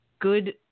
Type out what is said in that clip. good